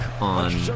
On